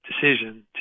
decision